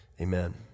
amen